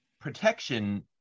protection